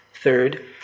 third